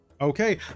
Okay